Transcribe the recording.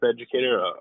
educator